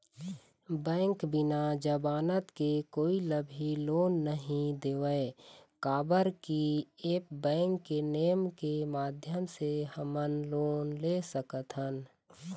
Bank बिना जमानत के कोई ला भी लोन नहीं देवे का बर की ऐप बैंक के नेम के माध्यम से हमन लोन ले सकथन?